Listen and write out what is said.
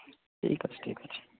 ଠିକ୍ ଅଛି ଠିକ୍ ଅଛି